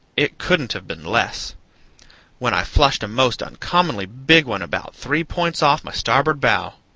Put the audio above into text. it couldn't have been less when i flushed a most uncommonly big one about three points off my starboard bow.